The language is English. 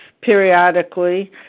periodically